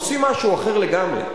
עושים משהו אחר לגמרי: